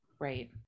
Right